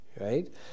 right